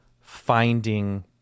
finding